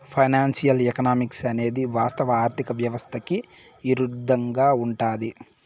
financial economics అనేది వాస్తవ ఆర్థిక వ్యవస్థకి ఇరుద్దంగా ఉంటది